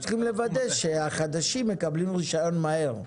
אנחנו צריכים לוודא שהחדשים יקבלו רישיון מהר.